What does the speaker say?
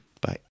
Bye